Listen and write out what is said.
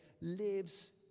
lives